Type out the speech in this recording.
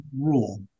rule